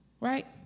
right